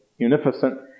unificent